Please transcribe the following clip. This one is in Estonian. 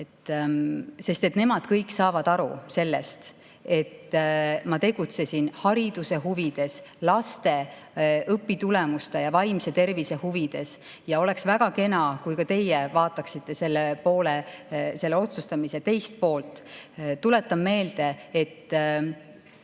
Nemad kõik saavad aru sellest, et ma tegutsesin hariduse huvides, laste õpitulemuste ja vaimse tervise huvides, ning oleks väga kena, kui ka teie vaataksite selle otsustamise teist poolt. Tuletan meelde, et